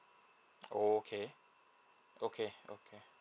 okay okay okay